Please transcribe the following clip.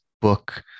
book